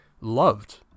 loved